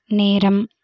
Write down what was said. நேரம்